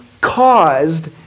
caused